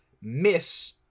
miss